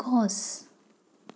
গছ